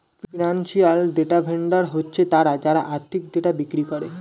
financial data vendor হচ্ছে তারা যারা আর্থিক ডেটা বিক্রি করে